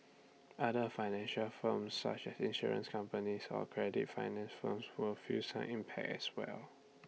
other financial firms such as insurance companies or credit finance firms will feel some impact as well